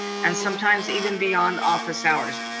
and sometimes even beyond office hours.